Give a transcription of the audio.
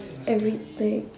everything